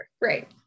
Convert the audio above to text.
right